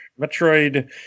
Metroid